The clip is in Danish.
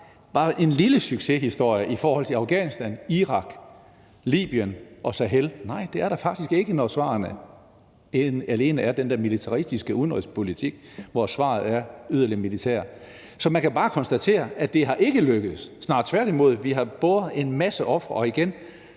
bare en lille succeshistorie i forhold til Afghanistan, Irak, Libyen og Sahel? Nej, det er der faktisk ikke, når svarene alene er den der militaristiske udenrigspolitik, hvor svaret er yderligere militær. Så man kan bare konstatere, at det ikke er lykkedes, snarere tværtimod. Vi har båret en masse ofre,